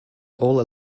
all